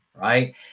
right